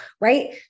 right